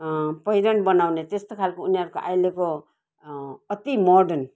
पहिरन बनाउने त्यस्तो खालको उनीहरूको अहिलेको अति मोर्डन